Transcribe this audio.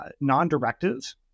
non-directive